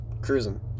cruising